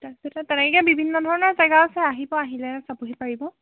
তাৰপিছত তেনেকে বিভিন্ন ধৰণৰ জেগা আছে আহিব আহিলে চাবহি পাৰিব